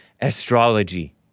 Astrology